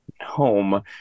home